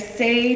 say